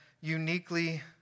uniquely